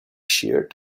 sheared